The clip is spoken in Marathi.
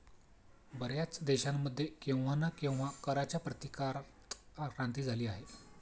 बर्याच देशांमध्ये केव्हा ना केव्हा कराच्या प्रतिकारात क्रांती झाली आहे